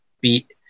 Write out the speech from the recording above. beat